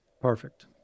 Perfect